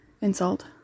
insult